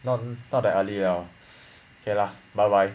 not thought that !aiya! K lah bye bye